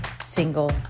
single